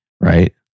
right